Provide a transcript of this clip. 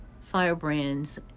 firebrands